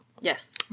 Yes